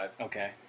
Okay